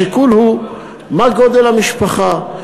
מה גודל המשפחה.